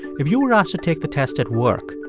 if you were asked to take the test at work,